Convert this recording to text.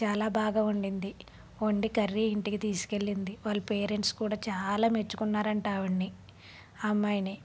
చాలా బాగా వండింది వండి కర్రీ ఇంటికి తీసుకెళ్ళింది వాళ్ళ పేరెంట్స్ కూడా చాలా మెచ్చుకున్నారంట ఆవిడని అమ్మాయిని